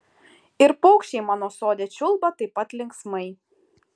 ir paukščiai mano sode čiulba taip pat linksmai